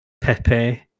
Pepe